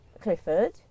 Clifford